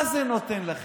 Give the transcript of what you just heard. מה זה נותן לכם?